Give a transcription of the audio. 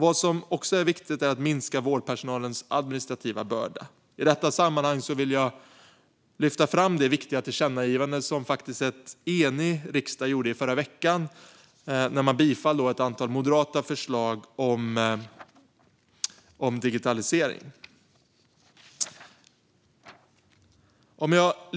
Vad som också är viktigt är att minska vårdpersonalens administrativa börda. I detta sammanhang vill jag lyfta fram det viktiga tillkännagivande som faktiskt en enig riksdag gjorde i förra veckan när man biföll ett antal moderata förslag om digitalisering.